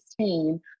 2016